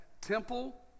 temple